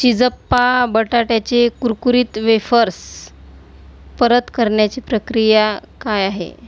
चिज्जप्पा बटाट्याचे कुरकुरीत वेफर्स परत करण्याची प्रक्रिया काय आहे